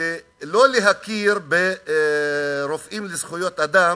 שלא להכיר ב"רופאים לזכויות אדם"